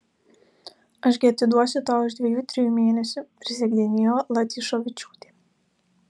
aš gi atiduosiu tau už dviejų trijų mėnesių prisiekdinėjo latyšovičiūtė